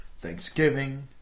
Thanksgiving